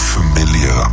familiar